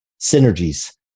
synergies